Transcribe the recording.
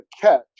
catch